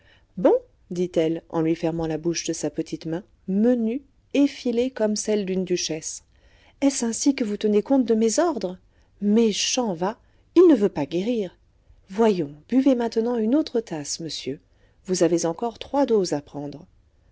bon dit-elle en lui fermant la bouche de sa petite main menue effilée comme celle d'une duchesse est-ce ainsi que vous tenez compte de mes ordres méchant va il ne veut pas guérir voyons buvez maintenant une autre tasse monsieur vous avez encore trois doses à prendre